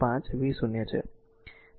5 v0 છે